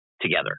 together